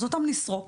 אז אותם נסרוק,